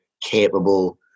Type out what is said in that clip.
capable